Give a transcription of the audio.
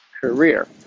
career